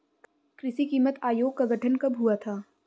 कृषि कीमत आयोग का गठन कब हुआ था?